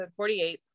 48